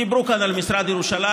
דיברו כאן על משרד ירושלים,